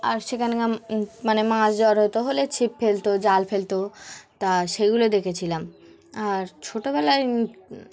আর সেখানে মানে মাছ জড়ো হতো হলে ছিপ ফেলতো জাল ফেলতো তা সেইগুলো দেখেছিলাম আর ছোটোবেলায়